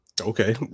Okay